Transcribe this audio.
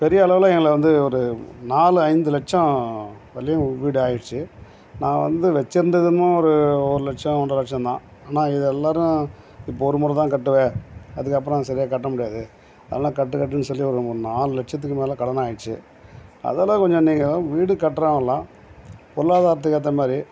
பெரிய அளவில் எங்களை வந்து ஒரு நாலு ஐந்து லட்சம் வரையிலேயும் வீடு ஆகிடுச்சி நான் வந்து வச்சுருந்தது என்னமோ ஒரு ஒரு லட்சம் ஒன்றை லட்சம் தான் ஆனால் இது எல்லோரும் இப்போது ஒரு முறை தான் கட்டுவ அதுக்கு அப்புறம் சரியாக கட்ட முடியாது அதனால் கட்டு கட்டுனு சொல்லி ஒரு நாலு லட்சத்துக்கு மேலே கடனாக ஆகிருச்சு அதெல்லாம் கொஞ்சம் நீங்கள்லாம் வீடு கட்டுறவங்கெல்லாம் பொருளாதாரத்துக்கு ஏற்ற மாதிரி